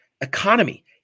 economy